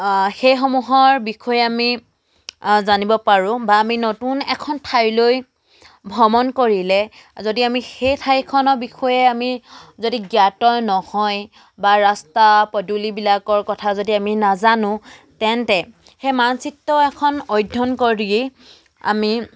সেইসমূহৰ বিষয়ে আমি জানিব পাৰোঁ বা আমি নতুন এখন ঠাইলৈ ভ্ৰমণ কৰিলে যদি আমি সেই ঠাইখনৰ বিষয়ে আমি যদি জ্ঞাত নহয় বা ৰাস্তা পদূলিবিলাকৰ কথা যদি আমি নাজানো তেন্তে সেই মানচিত্ৰ এখন অধ্যয়ন কৰি আমি